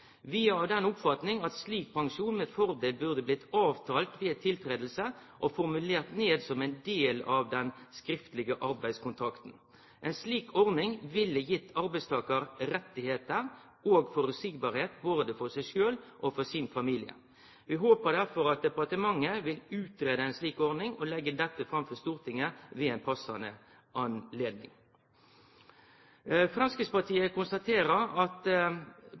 er av den oppfatning at slik pensjon med fordel burde blitt avtalt ved tiltreding og formulert ned som ein del av den skriftlege arbeidskontrakten. Ei slik ordning ville gitt arbeidstakar rettar og føreseielegheit både for seg sjølv og for familien. Vi håper derfor at departementet vil utgreie ei slik ordning og leggje dette fram for Stortinget ved ei passande anledning. Framstegspartiet konstaterer at